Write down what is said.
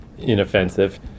inoffensive